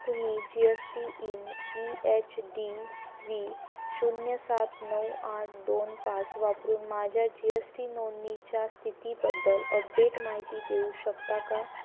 तुम्ही G S T IN E H D V शून्य सात नऊ आठ दोन पाच वापरून माझ्या जी एस टी नोंदणीच्या स्थितीबद्दल अपडेट माहिती देऊ शकता का